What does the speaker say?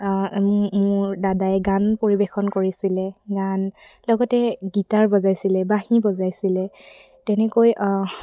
মোৰ দাদাই গান পৰিৱেশন কৰিছিলে গান লগতে গীটাৰ বজাইছিলে বাঁহী বজাইছিলে তেনেকৈ